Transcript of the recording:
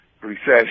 recession